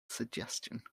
suggestion